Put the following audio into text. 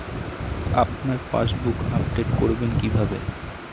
আপনার passbook update করবেন কিভাবে?